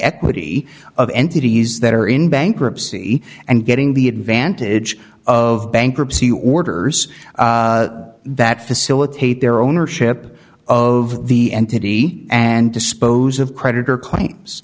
equity of entities that are in bankruptcy and getting the advantage of bankruptcy orders that facilitate their ownership of the entity and dispose of creditor claims